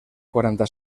quaranta